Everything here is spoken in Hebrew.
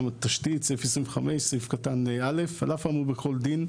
התשתית (25) (א) על אף האמור בכל דין,